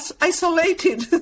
isolated